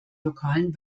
lokalen